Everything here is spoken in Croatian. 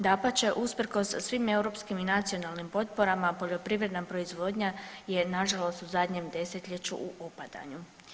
Dapače, usprkos svim europskim i nacionalnim potporama poljoprivredna proizvodnja je nažalost u zadnjem desetljeću u opadanju.